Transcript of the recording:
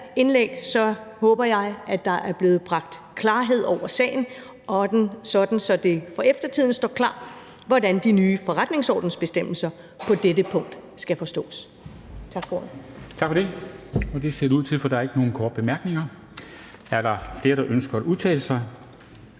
indlæg håber jeg at der er blevet bragt klarhed over sagen, sådan at det for eftertiden står klart, hvordan de nye forretningsordensbestemmelser på dette punkt skal forstås. Tak for ordet. Kl. 16:42 Formanden (Henrik Dam Kristensen): Tak for det, og det ser det ud til, for der er ikke nogen korte bemærkninger. Er der flere, der ønsker at udtale sig?